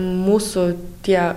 mūsų tie